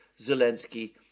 Zelensky